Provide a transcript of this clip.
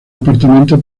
apartamento